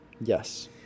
Yes